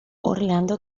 orlando